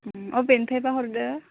बबेनिफ्रायबा हरदो